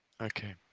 Okay